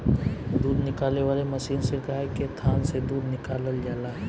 दूध निकाले वाला मशीन से गाय के थान से दूध निकालल जाला